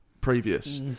previous